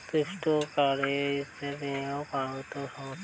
ক্রিপ্টোকারেন্সিতে বিনিয়োগ কি আইন সম্মত?